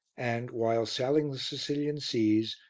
and, while sailing the sicilian seas,